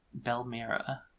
Belmira